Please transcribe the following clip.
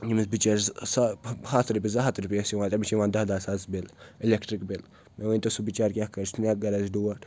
ییمِس بچٲرِس سہ ہَتھ رۄپیہِ زٕ ہَتھ رۄپیہِ ٲسۍ یِوان تٔمِس چھِ یِوان دہ دَہ ساس بِل الیکٹِرک بِل مےٚ ؤنۍ تو سُہ بچار کیٛاہ کَرِ سُہ سنیا گَر آسہِ ڈوٹھ